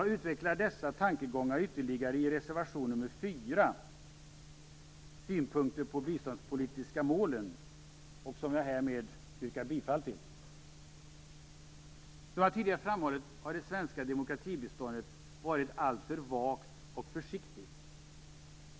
Jag utvecklar dessa tankegångar ytterligare i reservation nr 4 - Synpunkter på de biståndspolitiska målen - som jag härmed yrkar bifall till. Som jag tidigare framhållit har det svenska demokratibiståndet varit alltför vagt och försiktigt.